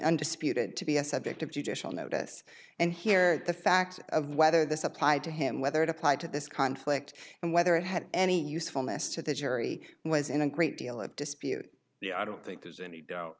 undisputed to be a subject of judicial notice and here the fact of whether this applied to him whether it applied to this conflict and whether it had any usefulness to the jury was in a great deal of dispute the i don't think there's any doubt